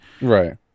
Right